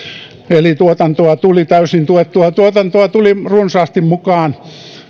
eli täysin tuettua tuotantoa tuli runsaasti mukaan